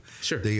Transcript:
Sure